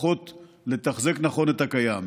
לפחות לתחזק נכון את הקיים.